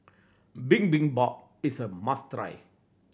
bibimbap is a must try